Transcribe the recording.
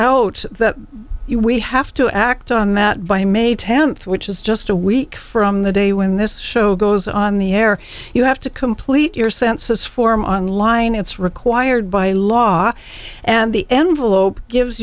out that you we have to act on that by may tenth which is just a week from the day when this show goes on the air you have to complete your census form online it's required by law and the